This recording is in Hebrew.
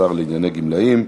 השר לענייני גמלאים,